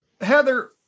Heather